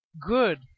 good